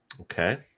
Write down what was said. Okay